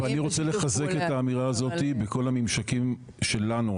ואני רוצה לחזק את האמירה הזאת בכל הממשקים שלנו,